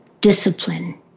discipline